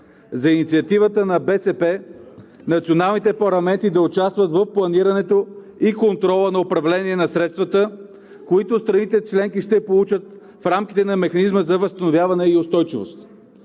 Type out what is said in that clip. за инициативата на БСП националните парламенти да участват в планирането и контрола на управлението на средствата, които страните членки ще получат в рамките на Механизма за възстановяване и устойчивост.